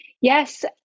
Yes